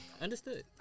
understood